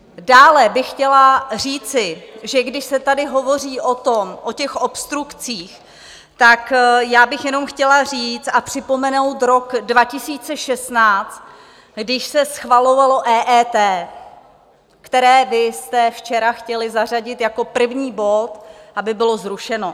Dále bych chtěla říci, že když se tady hovoří o obstrukcích, tak bych jenom chtěla říct a připomenout rok 2016, když se schvalovalo EET, které vy jste včera chtěli zařadit jako první bod, aby bylo zrušeno.